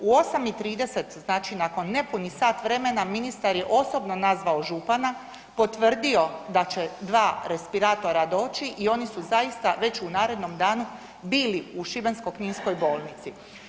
U 8,30 znači nakon nepunih sat vremena ministar je osobno nazvao župana, potvrdio da će dva respiratora doći i oni su zaista već u narednom danu bili u Šibensko-kninskoj bolnici.